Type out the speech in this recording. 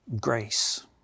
grace